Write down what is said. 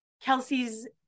Kelsey's